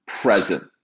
present